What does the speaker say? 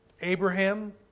Abraham